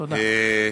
תודה.